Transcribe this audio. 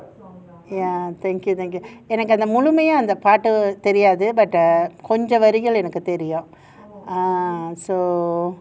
ya thank you thank you and I got the முமுழுமையா அந்த பாட்டு தெரியாது:muzhumayaa antha paattu theriyaathu but err கொஞ்ச வரிகள் எனக்கு தெரியும்:konja varigal enakku theriyum ah so